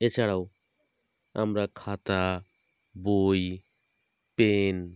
এছাড়াও আমরা খাতা বই পেন